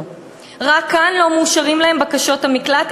רק כאן לא מאושרות להם בקשות המקלט,